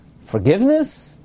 Forgiveness